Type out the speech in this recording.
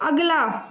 ਅਗਲਾ